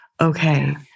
okay